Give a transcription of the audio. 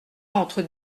entre